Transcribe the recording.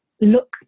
Look